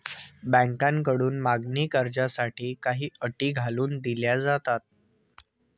बँकांकडून मागणी कर्जासाठी काही अटी घालून दिल्या जातात